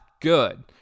good